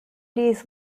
days